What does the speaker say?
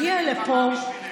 הגיע לפה,